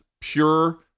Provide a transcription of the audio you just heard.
pure